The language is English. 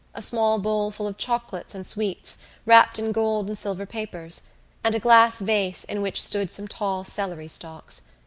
a small bowl full of chocolates and sweets wrapped in gold and silver papers and a glass vase in which stood some tall celery stalks.